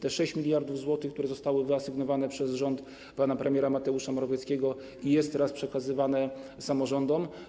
Te 6 mld zł, które zostały wyasygnowane przez rząd pana premiera Mateusza Morawieckiego, są teraz przekazywane samorządom.